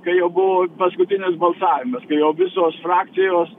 kai jau buvo paskutinis balsavimas kai jau visos frakcijos